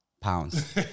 Pounds